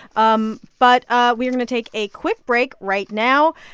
um but ah we're going to take a quick break right now.